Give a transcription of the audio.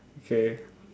okay